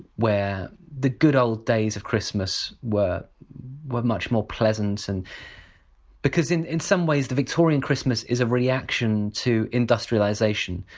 where the good old days of christmas were were much more pleasant. and because in in some ways the victorian christmas is a reaction to industrialization,